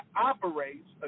operates